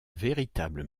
véritable